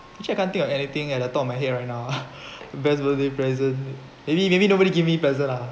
actually I can't think of anything at the top of my head right now best birthday present maybe maybe nobody give me present lah